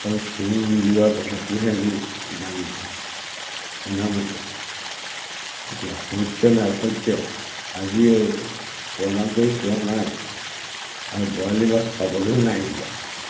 আৰু চূণ মিলোৱা কথাটোহে আমি জানো শুনা মতে এতিয়া সত্য নাই অসত্য আজিও প্ৰমাণ কৰি চোৱা নাই আৰু বৰালি মাছ পাবলৈও নাই এতিয়া